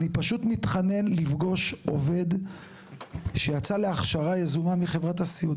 אני פשוט מתחנן לפגוש עובד שיצא להכשרה יזומה מחברת הסיעוד.